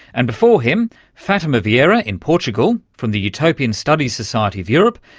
and before him fatima vieira in portugal from the utopian studies society of europe,